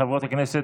חברי וחברות הכנסת,